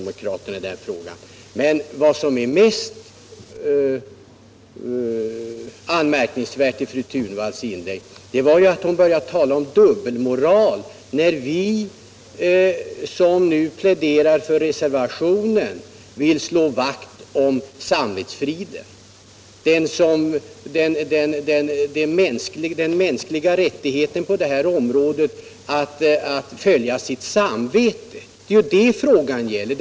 Men vad som är mest anmärkningsvärt i fru Thunvalls inlägg var att hon började tala om dubbelmoral när vi som pläderar för reservationen vill slå vakt om samvetsfriden, den mänskliga rättigheten att även på detta område följa sitt samvete. Det är ju det frågan gäller.